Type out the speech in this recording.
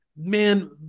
man